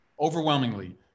Overwhelmingly